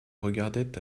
regardaient